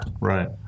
Right